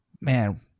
Man